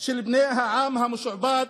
" של בני האדם המשועבדים,